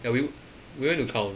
ya we we went to count